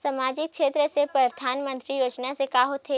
सामजिक क्षेत्र से परधानमंतरी योजना से का होथे?